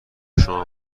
شما